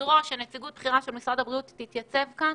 ונדרוש שנציגות בכירה של משרד הבריאות תתייצב כאן